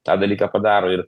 tą dalyką padaro ir